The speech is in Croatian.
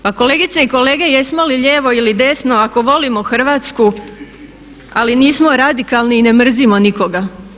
Pa kolegice i kolege, jesmo li lijevo ili desno ako volimo Hrvatsku ali nismo radikalni i ne mrzimo nikoga?